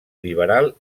liberal